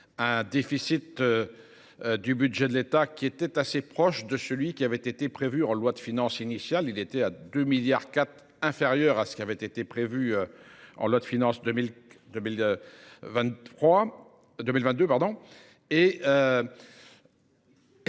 le déficit du budget de l’État a été assez proche de celui qui avait été prévu en loi de finances initiale : il a été inférieur de 2,4 milliards d’euros à ce qui avait été prévu en loi de finances pour